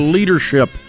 Leadership